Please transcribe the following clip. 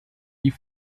die